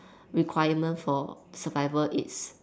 requirement for survival it's